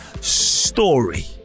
story